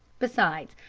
besides,